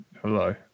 Hello